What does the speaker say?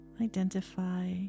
Identify